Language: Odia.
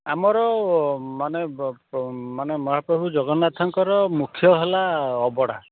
ଆମର ମାନେ ମାନେ ମହାପ୍ରଭୁ ଜଗନ୍ନାଥଙ୍କର ମୁଖ୍ୟ ହେଲା ଅବଢ଼ା